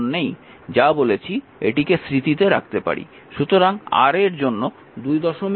যা বলেছি এটিকে স্মৃতিতে রাখতে পারি